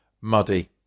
Muddy